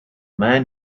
man